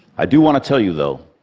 i do want to tell you, though,